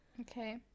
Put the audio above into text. Okay